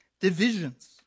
divisions